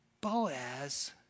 Boaz